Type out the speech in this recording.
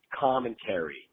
commentary